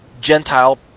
Gentile